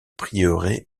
prieuré